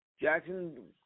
Jackson